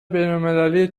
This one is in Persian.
بینالمللی